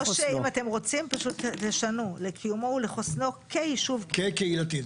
או שאם אתם רוצים פשוט תשנו לקיומו או לחוסנו כיישוב קהילתי.